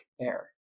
Air